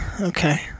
Okay